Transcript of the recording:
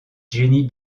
jennie